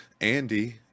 Andy